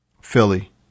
Philly